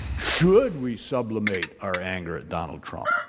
should we sublimate our anger at donald trump?